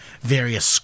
various